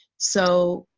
so